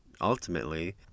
ultimately